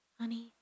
honey